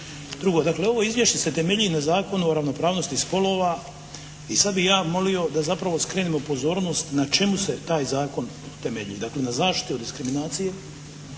Drugo, dakle ovo izvješće se temelji na Zakonu o ravnopravnosti spolova i sad bih ja molio da zapravo skrenemo pozornost na čemu se taj Zakon temelji, dakle na zaštiti od diskriminacije,